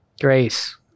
Grace